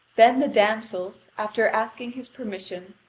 then the damsels, after asking his permission,